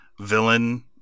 villain